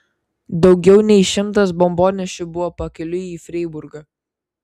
daugiau nei šimtas bombonešių buvo pakeliui į freiburgą